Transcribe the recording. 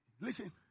Listen